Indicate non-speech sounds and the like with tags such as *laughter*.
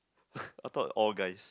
*laughs* I thought all guys